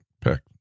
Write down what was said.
pick